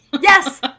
Yes